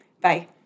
Bye